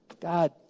God